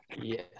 Yes